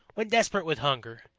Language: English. when desperate with hunger,